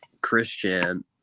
Christian